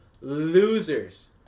Losers